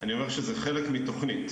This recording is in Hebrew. אני אומר שזה חלק מתוכנית.